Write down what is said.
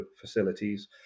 facilities